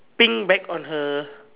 pink bag on her